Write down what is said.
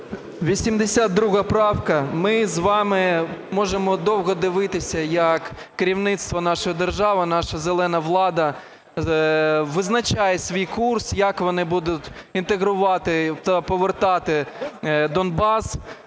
82 правка. Ми з вами можемо довго дивитися, як керівництво нашої держави, наша "зелена" влада, визначає свій курс. Як вони будуть інтегрувати та повертати Донбас.